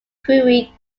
crewe